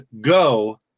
Go